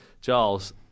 Charles